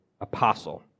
apostle